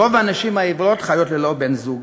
רוב הנשים העיוורות חיות ללא בן-זוג.